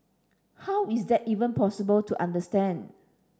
how is that even possible to understand